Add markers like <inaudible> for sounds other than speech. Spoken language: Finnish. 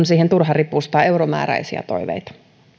<unintelligible> siihen turha ripustaa euromääräisiä toiveita